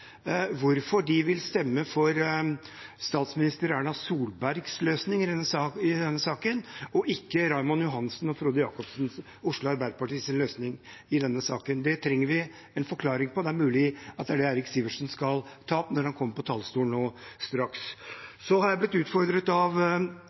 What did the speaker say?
hvorfor de vil stemme for statsminister Erna Solbergs løsning i denne saken, og ikke for Raymond Johansen, Frode Jacobsen og Oslo Arbeiderpartis løsning. Det trenger vi en forklaring på. Det er mulig at det er det Eirik Sivertsen skal ta opp når han kommer på talerstolen nå straks.